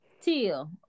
teal